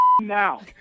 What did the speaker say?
now